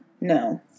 No